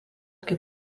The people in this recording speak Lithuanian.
kaip